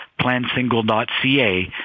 Plansingle.ca